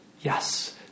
Yes